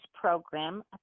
program